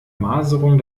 maserung